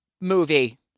movie